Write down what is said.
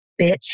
bitch